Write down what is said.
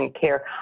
care